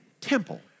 temple